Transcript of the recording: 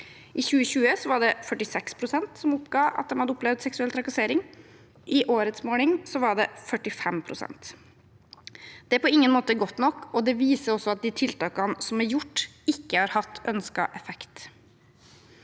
som oppga at de hadde opplevd seksuell trakassering. I årets måling var det 45 pst. Det er på ingen måte godt nok, og det viser også at de tiltakene som er gjort, ikke har hatt ønsket effekt.